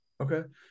Okay